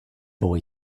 boy